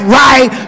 right